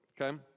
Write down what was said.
okay